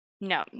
No